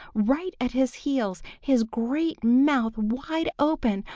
right at his heels, his great mouth wide open,